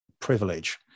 privilege